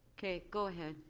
go ahead.